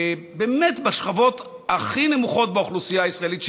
באמת בשכבות הכי נמוכות באוכלוסייה הישראלית,